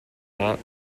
that